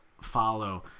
follow